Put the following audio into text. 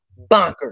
bonkers